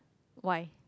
why